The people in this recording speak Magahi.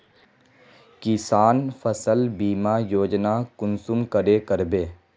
किसान फसल बीमा योजना कुंसम करे करबे?